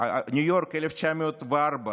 בניו יורק, 1904,